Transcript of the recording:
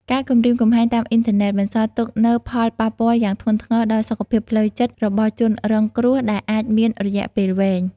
ការគំរាមកំហែងតាមអ៊ីនធឺណិតបន្សល់ទុកនូវផលប៉ះពាល់យ៉ាងធ្ងន់ធ្ងរដល់ សុខភាពផ្លូវចិត្ត របស់ជនរងគ្រោះ ដែលអាចមានរយៈពេលវែង។